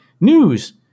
news